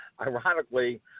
ironically